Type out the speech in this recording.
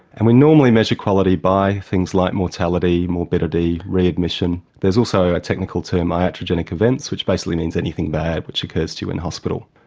and we normally measure quality by things like mortality, morbidity, readmission. there's also a technical term, iatrogenic events, which basically means anything bad which occurs to you in hospital.